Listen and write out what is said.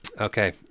Okay